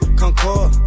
concord